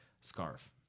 scarf